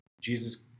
Jesus